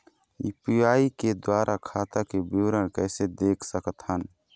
UPI के द्वारा खाता के विवरण कैसे देख सकत हन?